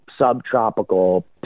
subtropical